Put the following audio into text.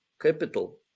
capital